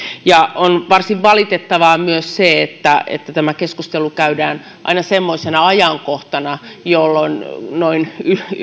on varsin valitettavaa myös se että että tämä keskustelu käydään aina semmoisena ajankohtana jolloin